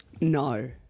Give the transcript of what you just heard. No